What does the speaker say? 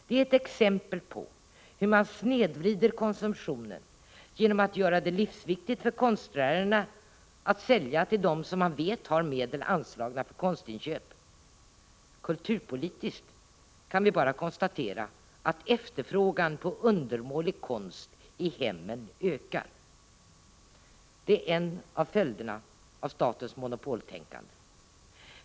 Det är ett exempel på hur man snedvrider konsumtionen genom att göra det livsviktigt för konstnärerna att sälja till dem som man vet har medel anslagna för konstinköp. Kulturpolitiskt kan vi bara konstatera att efterfrågan på undermålig konst till hemmen ökar. Detta är en av följderna av statens monopoltänkande.